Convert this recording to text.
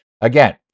again